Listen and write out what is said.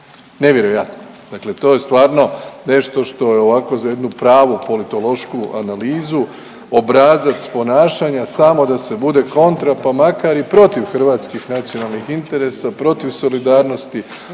Nevjerojatno, dakle to je stvarno nešto što je ovako za jednu pravu politološku analizu, obrazac ponašanja samo da se bude kontra pa makar i protiv hrvatskih nacionalnih interesa, protiv solidarnosti,